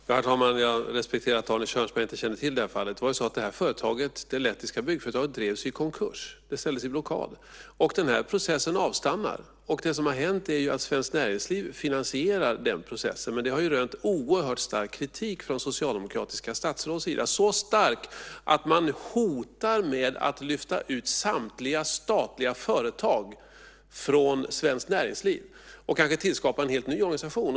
Herr talman! Jag respekterar att Arne Kjörnsberg inte känner till detta fall. Det var så att det lettiska byggföretaget drevs i konkurs. Det ställdes i blockad. Och den här processen avstannar. Det som har hänt är att Svenskt Näringsliv finansierar den processen. Men det har ju rönt oerhört stark kritik från socialdemokratiska statsråds sida, så stark att man nu hotar med att lyfta ut samtliga statliga företag från Svenskt Näringsliv och kanske tillskapa en helt ny organisation.